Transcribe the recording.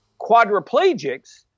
quadriplegics